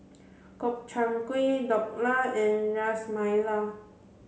Gobchang Gui Dhokla and Ras Malai